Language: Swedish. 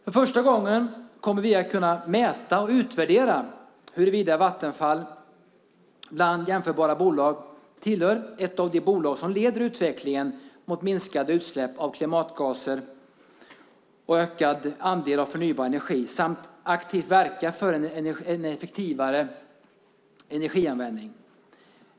För första gången kommer vi nu att kunna mäta och utvärdera huruvida Vattenfall bland jämförbara bolag är ett av de bolag som leder utvecklingen i riktning mot minskade utsläpp av klimatgaser och en ökad andel förnybar energi samt aktivt verkar för en effektivare energianvändning.